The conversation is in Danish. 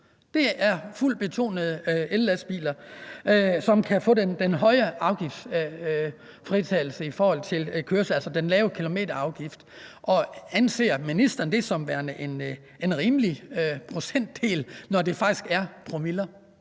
– fuldt ud betegnes som ellastbiler, der kan få den høje afgiftsfritagelse, altså den lave kilometerafgift. Anser ministeren det som værende en rimelig procentdel, når det faktisk er promiller?